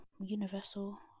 Universal